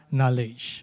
knowledge